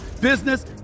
business